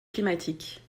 climatique